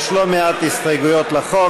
יש לא מעט הסתייגויות להצעת החוק,